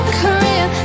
career